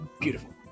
beautiful